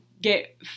get